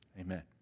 Amen